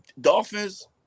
Dolphins